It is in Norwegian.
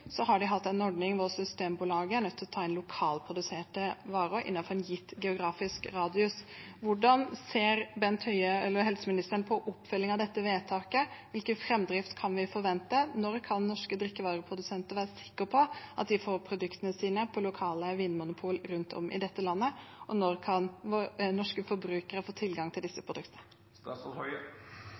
har de hatt en ordning der Systembolaget er nødt til å ta inn lokalproduserte varer innenfor en gitt geografisk radius. Hvordan ser helseministeren på oppfølgingen av dette vedtaket? Hvilken framdrift kan vi forvente? Når kan norske drikkevareprodusenter være sikre på at de får produktene sine på lokale vinmonopol rundt om i dette landet, og når kan norske forbrukere få tilgang til disse produktene?